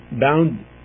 bound